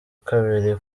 kabiri